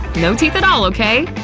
no teeth at all, okay?